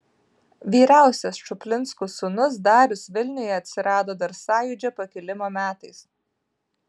vyriausias čuplinskų sūnus darius vilniuje atsirado dar sąjūdžio pakilimo metais